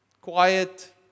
quiet